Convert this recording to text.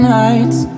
nights